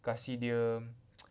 kasih dia